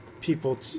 people